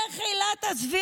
איך עילת הסבירות